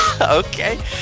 Okay